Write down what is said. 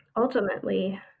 ultimately